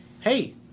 hey